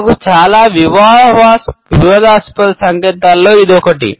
నాకు చాలా వివాదాస్పద సంకేతాలలో ఇది ఒకటి